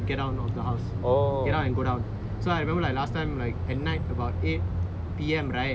get out of the house get out and go down so I remember like last time like at night about eight P_M right